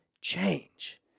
change